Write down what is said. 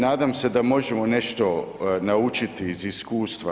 Nadam se da možemo nešto naučiti iz iskustva.